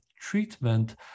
treatment